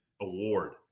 award